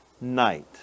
night